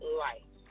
life